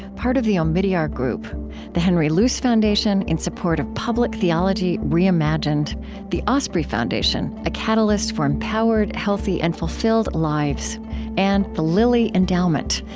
part of the omidyar group the henry luce foundation, in support of public theology reimagined the osprey foundation a catalyst for empowered, healthy, and fulfilled lives and the lilly endowment,